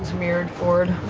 mirrored fjord.